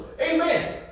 Amen